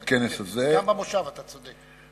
גם במושב, אתה צודק.